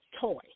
toy